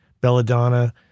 Belladonna